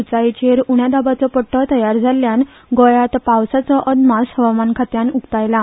उंचायेर उण्या दबाचो पट्टो तयार जाल्ल्यान आयज गोंयांत पावसाचो अदमास हवामान खात्यान उक्तायला